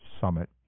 Summit